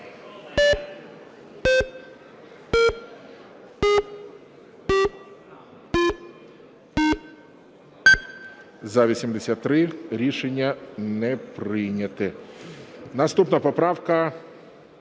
За-83 Рішення не прийнято. Наступна поправка